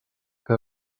que